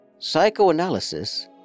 Psychoanalysis